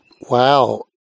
Wow